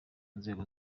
nzego